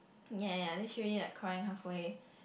ya ya ya then she already like crying halfway